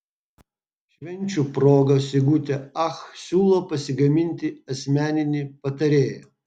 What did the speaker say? švenčių proga sigutė ach siūlo pasigaminti asmeninį patarėją